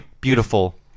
Beautiful